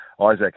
Isaac